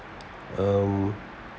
um